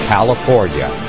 California